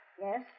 Yes